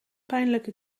pijnlijke